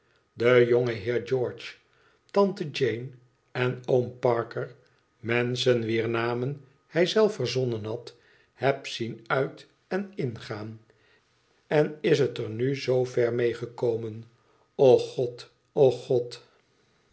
den jongen heer george tante jeane en oom parker menschen wier namen hij zelf verzonnen had heb zien uit en ingaan en is het er nu zoo ver mee gekomen och god och god